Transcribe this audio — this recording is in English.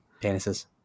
penises